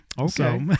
Okay